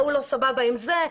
ההוא לא סבבה עם זה,